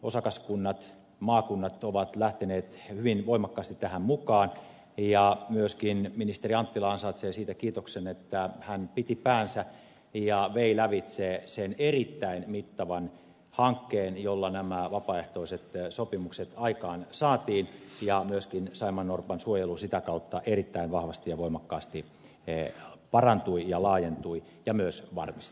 osakaskunnat maakunnat ovat lähteneet hyvin voimakkaasti tähän mukaan ja myöskin ministeri anttila ansaitsee siitä kiitoksen että hän piti päänsä ja vei lävitse sen erittäin mittavan hankkeen jolla nämä vapaaehtoiset sopimukset aikaansaatiin ja myöskin saimaannorpan suojelu sitä kautta erittäin vahvasti ja voimakkaasti parantui ja laajentui ja myös varmistui